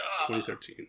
2013